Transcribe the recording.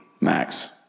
max